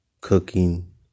cooking